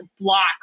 block